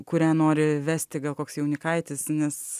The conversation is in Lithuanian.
kurią nori vesti gal koks jaunikaitis nes